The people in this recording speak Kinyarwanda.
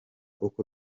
uko